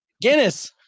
Guinness